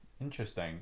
interesting